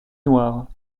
noire